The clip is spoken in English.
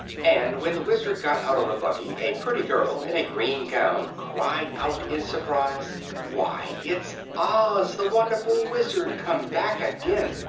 and when the wizard got out of the buggy a pretty girl in a green gown cried out in surprise why, it's oz, the wonderful wizard, come back again!